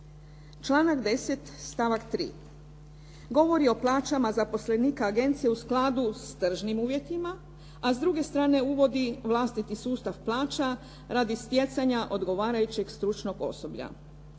Članak 10. stavak 3. govori o plaćama zaposlenika agencije u skladu sa tržnim uvjetima a s druge strane uvodi vlastiti sustav plaća radi stjecanja odgovarajućeg stručnog osoblja.